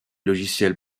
logiciel